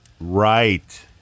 Right